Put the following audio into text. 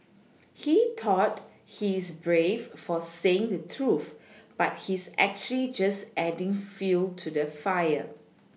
he thought he's brave for saying the truth but he's actually just adding fuel to the fire